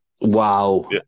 Wow